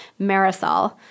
Marisol